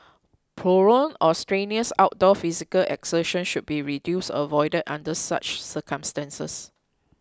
prolonged or strenuous outdoor physical exertion should be reduced or avoided under such circumstances